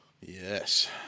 Yes